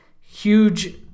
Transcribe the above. huge